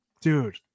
Dude